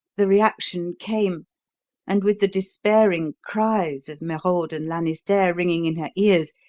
the reaction came and with the despairing cries of merode and lanisterre ringing in her ears,